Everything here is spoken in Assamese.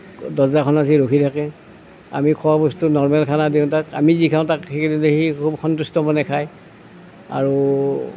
দৰ্জাখনত সি ৰখি থাকে আমি খোৱা বস্তু নৰ্মেল খানা দিওঁ তাক আমি যি খাওঁ তাক সেয়ে দিওঁ সি খুব সন্তুষ্ট মনে খায় আৰু